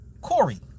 Corey